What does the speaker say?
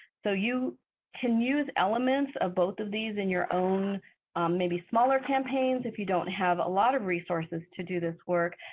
so you can use elements of both of these in your own maybe smaller campaigns if you don't have a lot of resources to do this work.